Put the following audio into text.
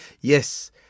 Yes